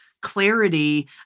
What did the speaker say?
Clarity